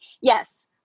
yes